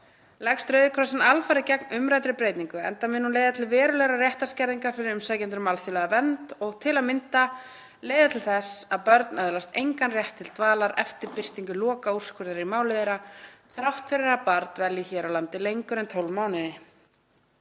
Leggst Rauði krossinn alfarið gegn umræddri breytingu enda mun hún leiða til verulegrar réttarskerðingar fyrir umsækjendur um alþjóðlega vernd og t.a.m. leiða til þess að börn öðlast engan rétt til dvalar eftir birtingu lokaúrskurðar í máli þeirra, þrátt fyrir að barn dvelji hér á landi lengur en 12 mánuði.